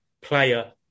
player